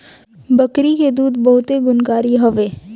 बकरी के दूध बहुते गुणकारी हवे